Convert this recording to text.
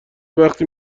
وقتی